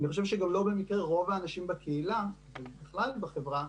אני חושב שגם לא במקרה רוב האנשים בקהילה ובכלל בחברה,